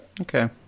Okay